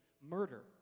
murder